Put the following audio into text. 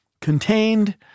contained